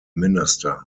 minister